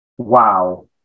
wow